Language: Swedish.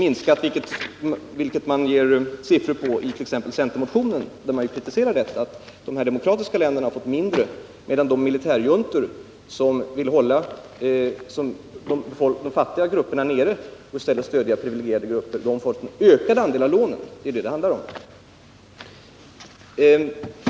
I t.ex. centermotionen lämnas siffror på detta, och man kritiserar att de demokratiska länderna har fått mindre, medan de militärjuntor som vill hålla de fattiga grupperna nere och i stället stödja privilegierade grupper får en större andel av lånen. Det är vad det handlar om.